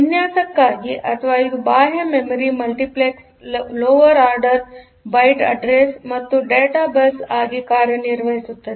ವಿನ್ಯಾಸಕ್ಕಾಗಿ ಅಥವಾ ಇದು ಬಾಹ್ಯ memory multiplexed lower order byte address ಮತ್ತು ಡೇಟಾ ಬಸ್ ಆಗಿ ಕಾರ್ಯನಿರ್ವಹಿಸುತ್ತದೆ